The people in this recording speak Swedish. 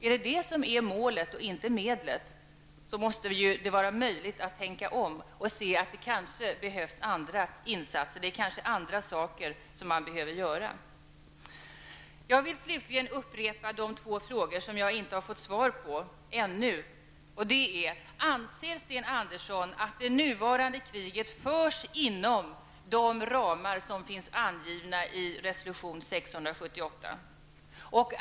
Om det är målet och inte medlet, måste det vara möjligt att tänka om och se att det kanske behövs andra insatser. Det är kanske andra saker som behöver göras. Jag vill slutligen upprepa några frågor som jag inte har fått svar på ännu. Anser Sten Andersson att det nuvarande kriget förs inom de ramar som finns angivna i resolution 678?